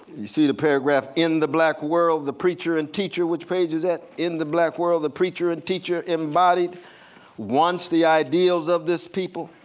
you see the paragraph, in the black world, the preacher and teacher. which page is that? in the black world, the preacher and teacher embodied once the ideals of this people,